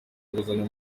inguzanyo